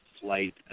flight